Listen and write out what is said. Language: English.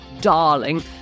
darling